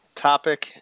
Topic